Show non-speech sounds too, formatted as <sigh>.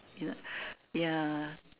you know <breath> ya